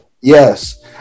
Yes